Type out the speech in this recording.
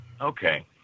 Okay